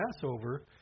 Passover